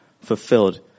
fulfilled